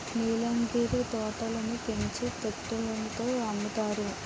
నీలగిరి తోటలని పెంచి టన్నుల తో అమ్ముతారు